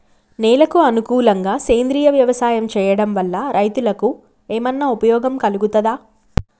నేలకు అనుకూలంగా సేంద్రీయ వ్యవసాయం చేయడం వల్ల రైతులకు ఏమన్నా ఉపయోగం కలుగుతదా?